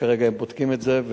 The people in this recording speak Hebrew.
וכרגע הם בודקים את זה,